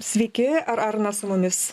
sveiki ar arnas su mumis